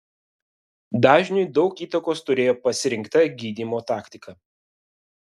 dažniui daug įtakos turėjo pasirinkta gydymo taktika